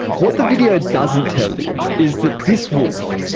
what the video doesn't tell you is that this wolf,